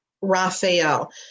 Raphael